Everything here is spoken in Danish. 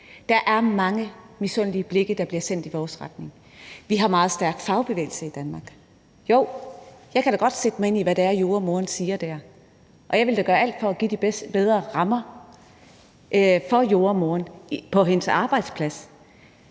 Der er mange misundelige blikke, der bliver sendt i vores retning. Vi har en meget stærk fagbevægelse i Danmark. Jo, jeg kan da godt sætte mig ind i, hvad det er, jordemoderen siger der, og jeg vil da gøre alt for at give bedre rammer for jordemoderen på hendes arbejdsplads.